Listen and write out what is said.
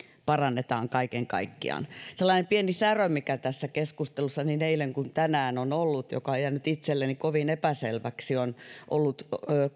parannetaan kaiken kaikkiaan sellainen pieni särö mikä tässä keskustelussa niin eilen kuin tänään on ollut joka on jäänyt itselleni kovin epäselväksi on ollut